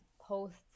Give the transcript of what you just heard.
posts